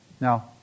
Now